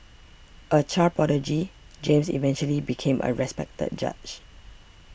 a child prodigy James eventually became a respected judge